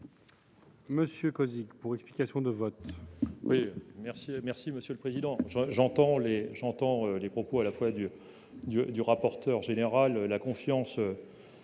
M. Thierry Cozic, pour explication de vote.